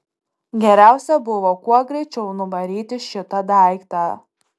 geriausia buvo kuo greičiau nuvaryti šitą daiktą